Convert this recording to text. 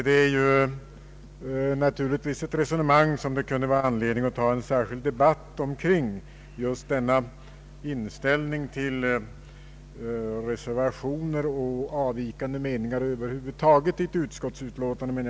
Det finns kanske anledning att någon gång ta upp en särskild debatt kring ett sådant resonemang och en sådan inställning till reservationer och avvikande meningar över huvud taget i ett utskottsutlåtande.